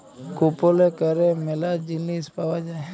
কুপলে ক্যরে ম্যালা জিলিস পাউয়া যায়